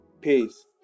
Peace